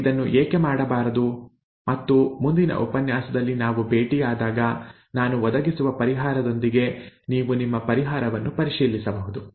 ನೀವು ಇದನ್ನು ಏಕೆ ಮಾಡಬಾರದು ಮತ್ತು ಮುಂದಿನ ಉಪನ್ಯಾಸದಲ್ಲಿ ನಾವು ಭೇಟಿಯಾದಾಗ ನಾನು ಒದಗಿಸುವ ಪರಿಹಾರದೊಂದಿಗೆ ನೀವು ನಿಮ್ಮ ಪರಿಹಾರವನ್ನು ಪರಿಶೀಲಿಸಬಹುದು